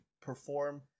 perform